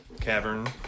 cavern